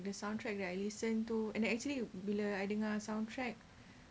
the soundtrack that I listen to and the actually bila I dengar soundtrack